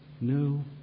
no